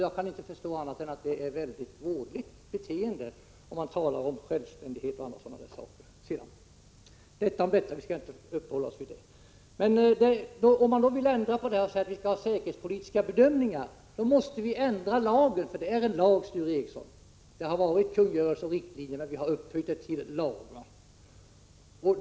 Jag kan inte förstå annat än att det är ett mycket vådligt beteende om man sedan talar om självständighet och andra sådana saker. Detta om detta — vi skall inte uppehålla oss vid den frågan. Men om man vill ändra på förhållandena och säger att vi skall ha säkerhetspolitiska bedömningar, då måste vi ändra lagen. Det har varit kungörelser och riktlinjer, men vi har upphöjt det till lag, Sture Ericson.